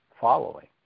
following